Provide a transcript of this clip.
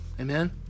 amen